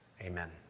Amen